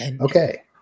Okay